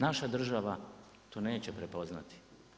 Naša država to neće prepoznati.